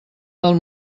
del